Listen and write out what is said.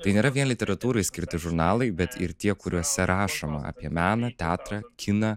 tai nėra vien literatūrai skirti žurnalai bet ir tie kuriuose rašoma apie meną teatrą kiną